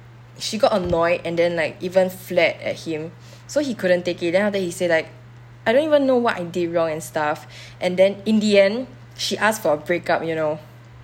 she got annoyed and then like even flared at him so he couldn't take it then after he said like I don't even know what I did wrong and stuff and then in the end she asked for a break up you know